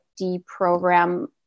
deprogram